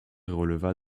releva